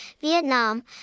Vietnam